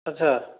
ଆଚ୍ଛା